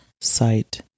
sight